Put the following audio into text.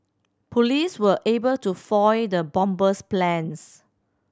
police were able to foil the bomber's plans